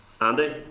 Andy